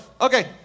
Okay